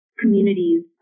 communities